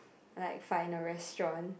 like find a restaurant